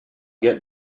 get